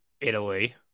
Italy